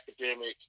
academic